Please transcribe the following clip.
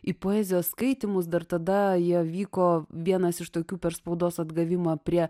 į poezijos skaitymus dar tada jie vyko vienas iš tokių per spaudos atgavimo prie